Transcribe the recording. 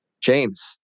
James